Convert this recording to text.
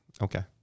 Okay